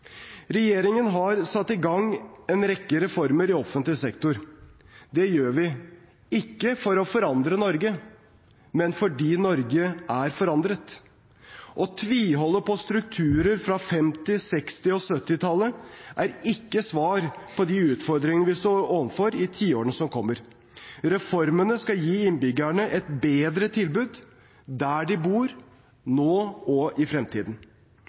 Regjeringen har satt i gang en rekke reformer i offentlig sektor. Det gjør vi – ikke for å forandre Norge, men fordi Norge er forandret. Å tviholde på strukturer fra 1950-, 1960- og 1970-tallet er ikke svar på de utfordringene vi står overfor i tiårene som kommer. Reformene skal gi innbyggerne et bedre tilbud der de bor, nå og i fremtiden.